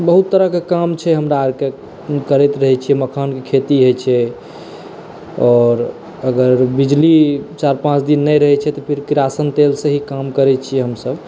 बहुत तरहके काम छै हमरा आरके करैत रहै छियै मखानक खेती होइ छै आओर अगर बिजली चारि पाँच दिन नहि रहै छै तऽ फिर किरासिन तेलसँ ही काम करै छियै हमसभ